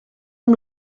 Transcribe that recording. amb